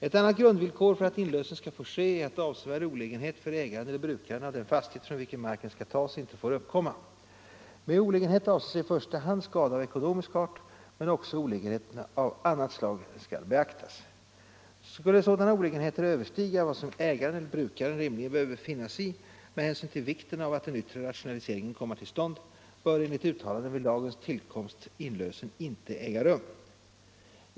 Ett annat grundvillkor för att inlösen skall få ske är att avsevärd olägenhet för ägaren eller brukaren av den fastighet från vilken mark skall tas inte får uppkomma. Med olägenhet avses i första hand skada av ekonomisk art, men också olägenheter av annat slag skall beaktas. Skulle sådana olägenheter överstiga vad som ägaren eller brukaren rimligen behöver finna sig i med hänsyn till vikten av att den yttre rationaliseringen kommer till stånd, bör enligt uttalanden vid lagens tillkomst inlösen inte äga rum.